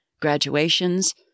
graduations